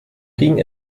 ging